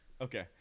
Okay